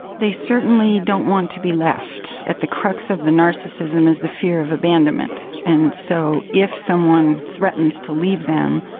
they certainly don't want to be left. at the crux of the narcissism is the fear of abandonment, and so if someone threatens to leave them,